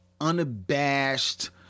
unabashed